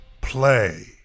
play